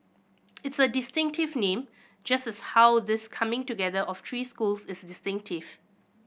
it's a distinctive name just as how this coming together of three schools is distinctive